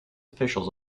officials